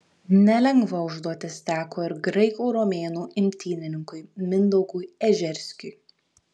nelengva užduotis teko ir graikų romėnų imtynininkui mindaugui ežerskiui